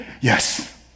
Yes